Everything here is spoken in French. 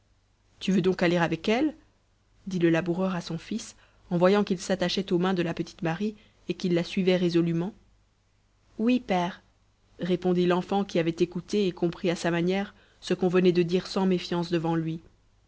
tu veux donc aller avec elle dit le laboureur à son fils en voyant qu'il s'attachait aux mains de la petite marie et qu'il la suivait résolument oui père répondit l'enfant qui avait écouté et compris à sa manière ce qu'on venait de dire sans méfiance devant lui